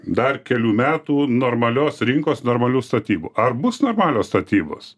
dar kelių metų normalios rinkos normalių statybų ar bus normalios statybos